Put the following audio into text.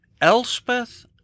Elspeth